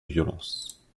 violence